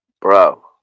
bro